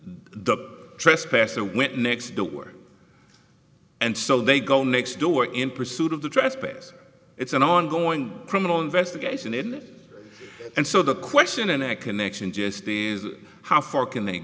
the trespasser went next door and so they go next door in pursuit of the trespass it's an ongoing criminal investigation in that and so the question in a connection just how far can they